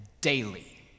daily